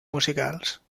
musicals